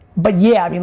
but yeah, i mean